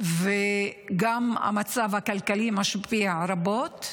וגם המצב הכלכלי משפיע רבות.